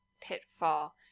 Pitfall